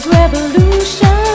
Revolution